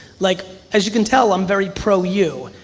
like as you can tell, i'm very pro you.